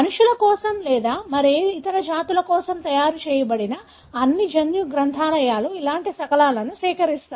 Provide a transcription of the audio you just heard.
మనుషుల కోసం లేదా మరే ఇతర జాతుల కోసం తయారు చేయబడిన అన్ని జన్యు గ్రంథాలయా లు అలాంటి శకలాలు సేకరిస్తాయి